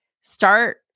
start